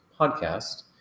podcast